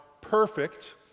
perfect